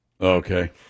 Okay